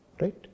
right